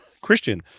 christian